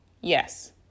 Yes